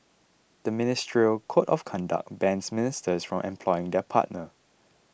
the ministerial code of conduct bans ministers from employing their partner